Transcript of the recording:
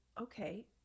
Okay